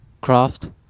Craft